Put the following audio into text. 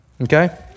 Okay